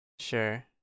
Sure